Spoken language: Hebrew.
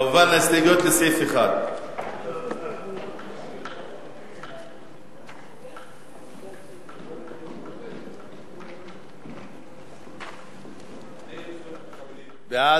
כמובן, ההסתייגויות לסעיף 1. בעד.